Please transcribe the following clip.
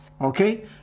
Okay